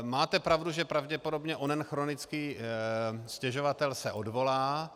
Máte pravdu, že pravděpodobně onen chronický stěžovatel se odvolá.